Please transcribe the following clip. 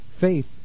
Faith